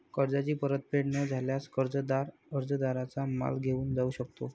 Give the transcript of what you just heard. कर्जाची परतफेड न झाल्यास, कर्जदार कर्जदाराचा माल घेऊन जाऊ शकतो